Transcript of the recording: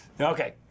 Okay